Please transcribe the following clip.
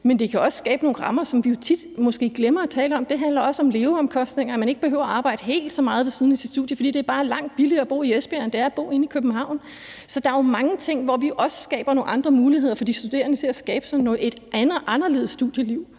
kan det også skabe nogle rammer, som vi tit glemmer at tale om – det handler også om leveomkostninger, og at man ikke behøver at arbejde helt så meget ved siden af sit studie, fordi det bare er langt billigere at bo i Esbjerg, end det er bo inde i København. Så der er jo mange ting, hvor vi også skaber nogle andre muligheder for de studerende til at skabe sig et anderledes studieliv,